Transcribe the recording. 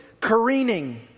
careening